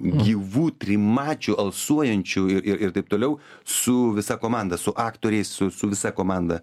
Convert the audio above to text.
gyvu trimačiu alsuojančiu ir ir taip toliau su visa komanda su aktoriais su su visa komanda